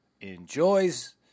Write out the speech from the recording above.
enjoys